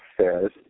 says